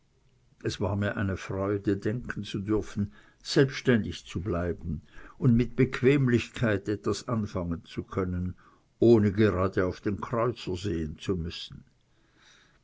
es war mir eine freude denken zu dürfen selbständig zu bleiben und mit bequemlichkeit etwas anfangen zu können ohne gerade auf den kreuzer sehen zu müssen